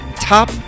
top